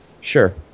Sure